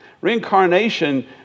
reincarnation